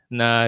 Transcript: na